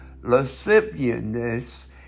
lasciviousness